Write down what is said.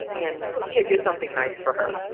and he had did something nice for her,